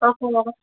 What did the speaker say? okay madam